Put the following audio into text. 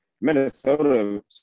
Minnesota